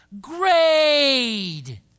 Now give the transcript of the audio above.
grade